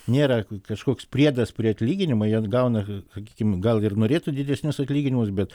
nėra kažkoks priedas prie atlyginimo jie gauna sakykim gal ir norėtų didesnius atlyginimus bet